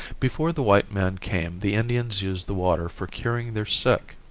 before the white man came the indians used the water for curing their sick.